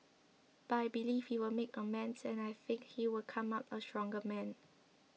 but I believe you will make amends and I think he will come out a stronger man